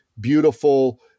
beautiful